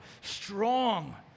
strong